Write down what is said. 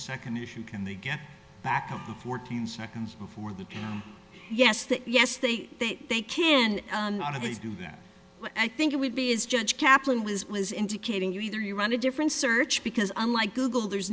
second issue can they get back up to fourteen seconds before that yes that yes they they can do that but i think it would be is judge kaplan was was indicating you either you run a different search because unlike google there's